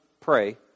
pray